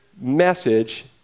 message